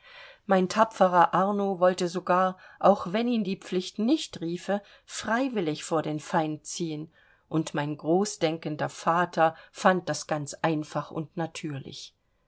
mein tapferer arno wollte sogar auch wenn ihn die pflicht nicht riefe freiwillig vor den feind ziehen und mein großdenkender vater fand das ganz einfach und natürlich